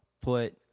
put